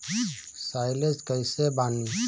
Silage कईसे बनी?